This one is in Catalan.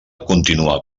continuar